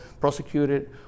prosecuted